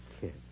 kid